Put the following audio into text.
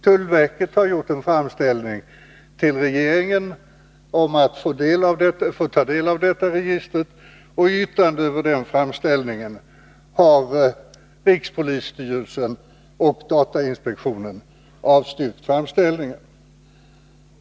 Tullverket har gjort en framställning till regeringen om att få ta del av detta register. I yttranden över framställningen har rikspolisstyrelsen och datainspektionen avstyrkt framställningen.